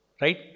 Right